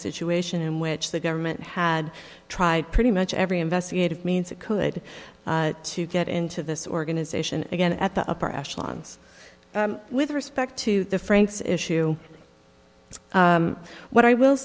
situation in which the government had tried pretty much every investigative means it could to get into this organization again at the upper echelons with respect to the franks issue what i will